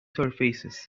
surfaces